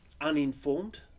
uninformed